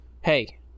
Hey